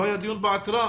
לא היה דיון בעתירה,